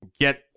get